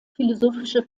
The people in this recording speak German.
philosophische